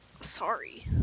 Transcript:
sorry